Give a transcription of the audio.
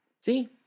See